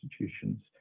institutions